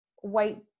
white